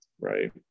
right